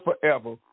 forever